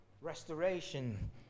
restoration